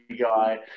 guy